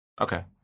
Okay